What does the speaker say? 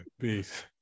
Peace